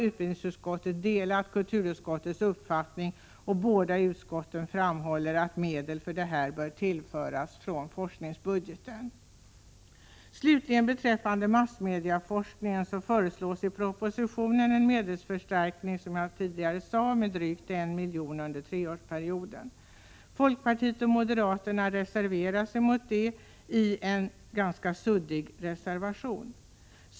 Utbildningsutskottet delar här kulturutskottets uppfattning, och båda utskotten framhåller att medel för detta bör tillföras från forskningsbudgeten. Beträffande massmedieforskning föreslås i propositionen en medelsförstärkning med drygt 1 miljon under treårsperioden. Folkpartiet och moderaterna reserverar sig mot detta i en ganska suddig reservation.